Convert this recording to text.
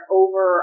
over